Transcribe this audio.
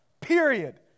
period